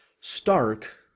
Stark